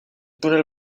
túnel